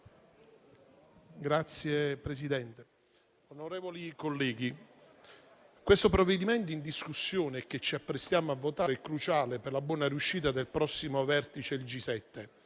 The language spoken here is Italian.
Signor Presidente, onorevoli colleghi, il provvedimento in discussione che ci apprestiamo a votare è cruciale per la buona riuscita del prossimo Vertice del G7,